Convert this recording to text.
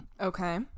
Okay